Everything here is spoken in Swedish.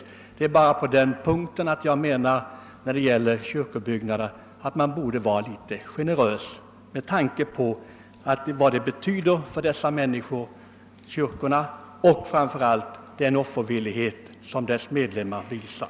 Jag menar bara att man när det gäller kyrkobyggnader borde vara litet generös med tanke på vad kyrkorna betyder för församlingarna och med tanke på den offervillighet som medlemmarna visar.